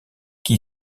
qui